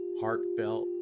heartfelt